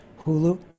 Hulu